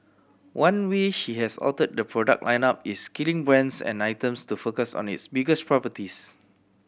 one way she has altered the product lineup is killing brands and items to focus on its biggest properties